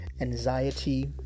anxiety